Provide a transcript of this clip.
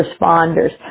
responders